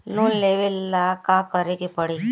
Loan लेवे ला का करे के पड़ी?